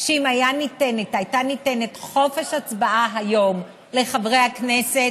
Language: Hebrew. שאם היה ניתן חופש הצבעה היום לחברי הכנסת,